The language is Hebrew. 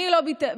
אני לא ויתרתי.